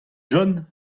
john